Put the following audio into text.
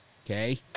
Okay